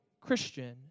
Christian